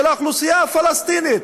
של האוכלוסייה הפלסטינית.